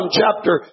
chapter